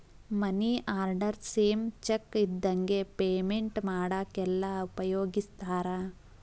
ಮನಿ order same cheque ಇದ್ದಂಗೆ payment ಮಾಡಾಕೆಲ್ಲ ಉಪಯೋಗಿಸ್ತಾರ